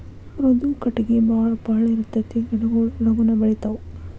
ಮೃದು ಕಟಗಿ ಬಾಳ ಪಳ್ಳ ಇರತತಿ ಗಿಡಗೊಳು ಲಗುನ ಬೆಳಿತಾವ